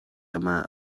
yma